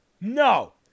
no